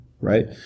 Right